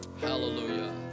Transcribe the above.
Hallelujah